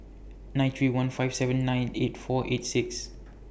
nine three one five seven nine eight four eight six